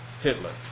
Hitler